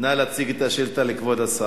נא להציג את השאילתא לכבוד השר.